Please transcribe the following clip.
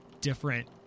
different